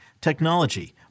technology